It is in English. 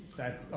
that,